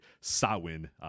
Sawin